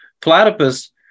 platypus